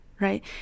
right